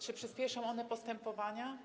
Czy przyspieszą one postępowania?